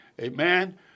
Amen